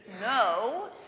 No